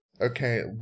Okay